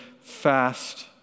fast